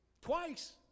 Twice